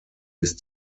ist